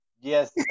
Yes